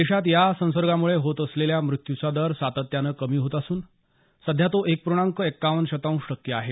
देशात या संसर्गामुळे होत असलेल्या मृत्यूचा दर सातत्यानं कमी होत असून सध्या तो एक पूर्णांक एकावन्न शतांश टक्के आहे